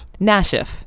Nashif